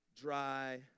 dry